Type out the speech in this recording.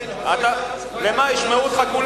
כולם ישמעו אותך.